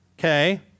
Okay